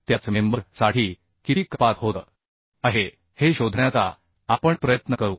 त्याच मेंबर साठी किती कपात होत आहे हे शोधण्याचा आपण प्रयत्न करू